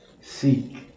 seek